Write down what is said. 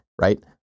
right